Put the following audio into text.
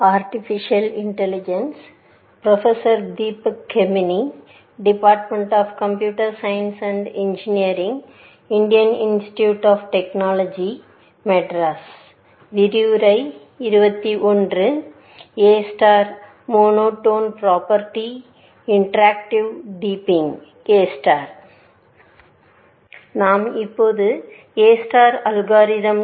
நாம் இப்போது A star அல்காரிதம்ஸைபார்க்கிறோம்